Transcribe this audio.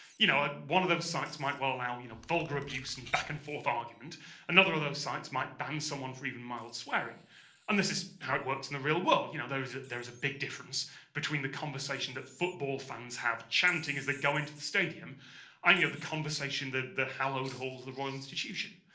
you know ah one of those sites might well allow you know vulgar abuse and back-and-forth argument another of those sites might ban someone for even mild swearing and this is how it works in the real world you know, there's a big difference between the conversation that football fans have chanting as they go into the stadium and you have the conversation that the hallowed halls the royal institution.